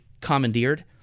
commandeered